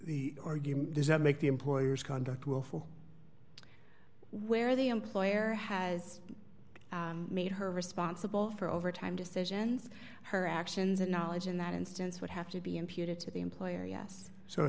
the argument does that make the employers conduct willful where the employer has made her responsible for overtime decisions her actions and knowledge in that instance would have to be imputed to the employer yes so